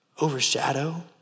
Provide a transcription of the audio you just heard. overshadow